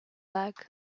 leg